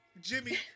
Jimmy